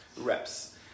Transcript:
reps